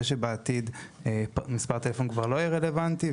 שבעתיד מספר הטלפון כבר לא יהיה רלוונטי,